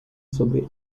sobre